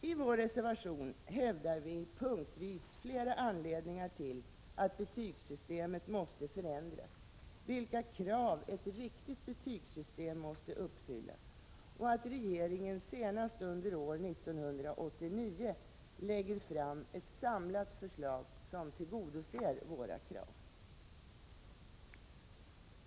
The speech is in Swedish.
I vår reservation framför vi punktvis flera anledningar till att betygssystemet måste förändras och anger vilka krav som ett riktigt betygssystem måste uppfylla. Vi kräver att regeringen senast under år 1989 lägger fram ett samlat förslag som uppfyller våra krav.